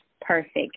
perfect